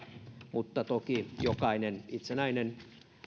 mutta toki jokainen itsenäinen